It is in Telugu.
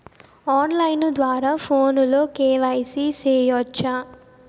ఆన్ లైను ద్వారా ఫోనులో కె.వై.సి సేయొచ్చా